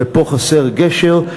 ופה חסר גשר,